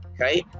okay